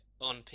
on